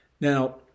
Now